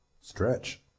stretch